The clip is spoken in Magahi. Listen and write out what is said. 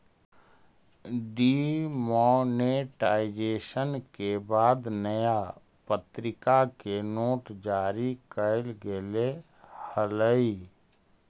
डिमॉनेटाइजेशन के बाद नया प्तरीका के नोट जारी कैल गेले हलइ